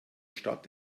stadt